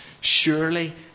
Surely